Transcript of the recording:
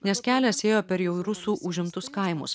nes kelias ėjo per jau rusų užimtus kaimus